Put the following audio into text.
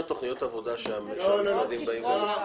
תוכניות עבודה שהמשרדים באים ומציגים.